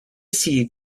see